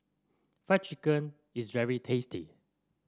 Fried Chicken is very tasty